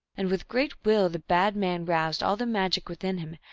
and with great will the bad man roused all the magic within him,